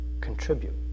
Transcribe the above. contribute